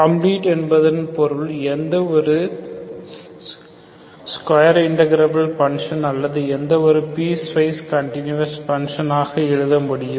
complete என்பதன் பொருள் எந்த ஒரு ஸ்கொயர் இண்டக்கிரல் பங்க்ஷன் அல்லது எந்த ஒரு பீஸ் வைஸ் கண்டினுயஸ் பங்க்ஷன் ஆக எழுத முடியும்